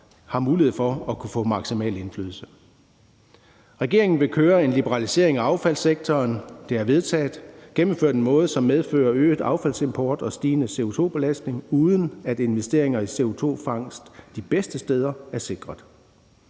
har mulighed for at få maksimal indflydelse. Regeringen vil køre en liberalisering af affaldssektoren; det er vedtaget. Det er gennemført på en måde, som medfører øget affaldsimport og stigende CO2-belastning, uden at investeringer i CO2-fangst de bedste steder er sikret.